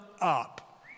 up